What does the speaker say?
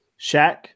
Shaq